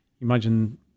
imagine